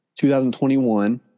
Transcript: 2021